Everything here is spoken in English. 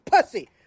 pussy